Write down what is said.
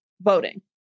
voting